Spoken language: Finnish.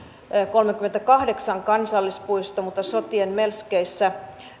kolmekymmentäkahdeksan kansallispuisto mutta sotien melskeissä